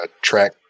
Track